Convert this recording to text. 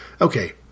okay